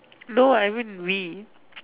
no I mean we